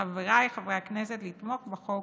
לחבריי חברי הכנסת לתמוך בחוק